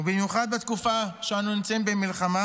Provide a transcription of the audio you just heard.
במיוחד בתקופה שבה אנו נמצאים במלחמה